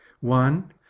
One